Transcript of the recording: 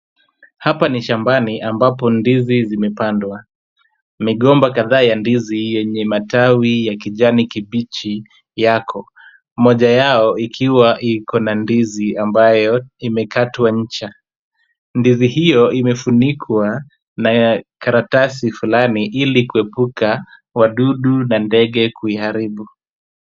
Hapa ni shambani ambapo ndizi zimepandwa, migomba kadhaa ya ndizi yenye matawi ya kijani kibichi yako, mmoja yao ikiwa iko na ndizi ambayo imekatwa ncha. Ndizi hiyo imefunikwa na karatasi fulani ili kuepuka wadudu na ndege kuiharibu.